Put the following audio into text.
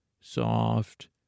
soft